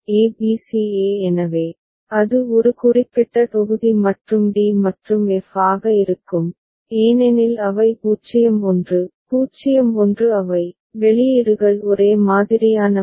a b c e எனவே அது ஒரு குறிப்பிட்ட தொகுதி மற்றும் d மற்றும் f ஆக இருக்கும் ஏனெனில் அவை 0 1 0 1 அவை வெளியீடுகள் ஒரே மாதிரியானவை